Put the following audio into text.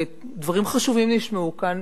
ודברים חשובים נשמעו כאן